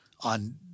on